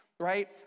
Right